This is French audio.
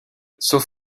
sauf